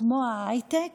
כמו ההייטק